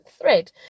thread